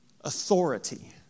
authority